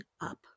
up